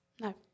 No